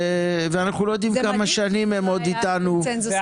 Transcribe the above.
אנחנו לא יודעים כמה שנים הם עוד יהיו אתנו.